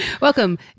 Welcome